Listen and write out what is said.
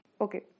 Okay